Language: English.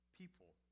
people